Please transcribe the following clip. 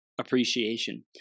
appreciation